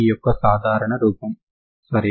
Edt2ddt ∞ut2dx అవుతుంది సరేనా